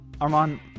Armand